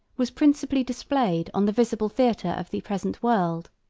was principally displayed on the visible theatre of the present world.